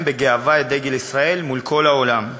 בגאווה את דגל ישראל מול כל העולם.